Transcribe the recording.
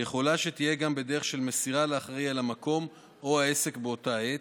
יכולה שתהיה גם בדרך של מסירה לאחראי למקום או העסק באותה העת,